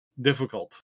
difficult